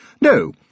No